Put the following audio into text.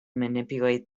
manipulate